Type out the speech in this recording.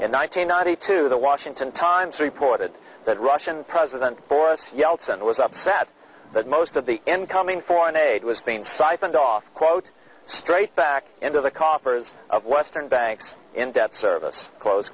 hundred ninety two the washington times reported that russian president boris yeltsin was upset that most of the incoming foreign aid was being siphoned off quote straight back into the coffers of western banks in debt service close